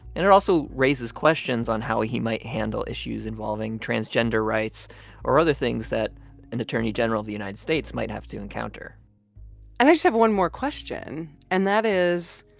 and it also raises questions on how he might handle issues involving transgender rights or other things that an attorney general of the united states might have to encounter and i just have one more question. and that is,